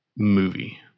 movie